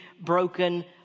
broken